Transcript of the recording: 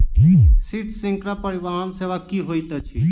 शीत श्रृंखला परिवहन सेवा की होइत अछि?